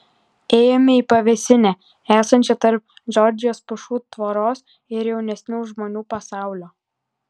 ėjome į pavėsinę esančią tarp džordžijos pušų tvoros ir jaunesnių žmonių pasaulio